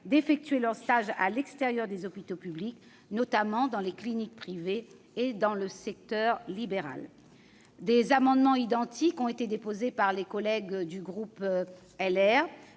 d'effectuer leurs stages à l'extérieur des hôpitaux publics, notamment dans les cliniques privées et dans le secteur libéral. Les amendements identiques déposés par Corinne Imbert,